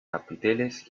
capiteles